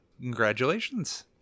congratulations